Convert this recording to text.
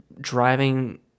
driving